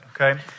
okay